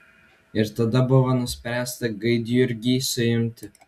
ir tada buvo nuspręsta gaidjurgį suimti